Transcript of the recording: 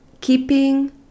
keeping